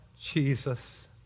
Jesus